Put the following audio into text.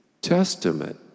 Testament